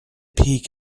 peek